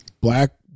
black